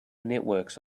networks